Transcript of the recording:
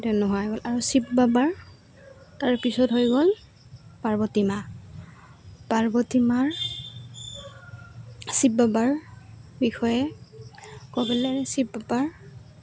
নোহোৱা হৈ গ'ল আৰু শিৱ বাবাৰ তাৰ পিছত হৈ গ'ল পাৰ্বতী মা পাৰ্বতী মাৰ শিৱ বাবাৰ বিষয়ে ক'বলৈ শিৱ বাবাৰ